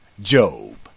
Job